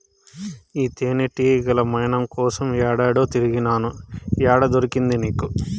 ఈ తేనెతీగల మైనం కోసం ఏడేడో తిరిగినా, ఏడ దొరికింది నీకు